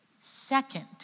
Second